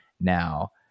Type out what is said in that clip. now